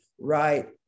right